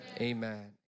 Amen